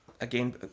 again